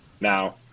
Now